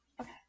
okay